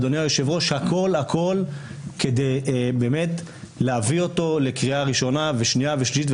אדוני היושב-ראש כדי באמת להביא אותו לקריאה ראשונה ושנייה ושלישית,